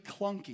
clunky